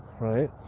right